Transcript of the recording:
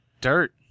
dirt